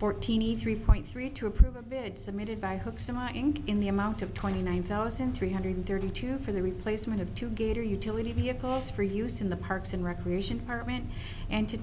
fortini three point three to approve of it submitted by hooks and lying in the amount of twenty one thousand three hundred thirty two for the replacement of two gator utility vehicles for use in the parks and recreation department and to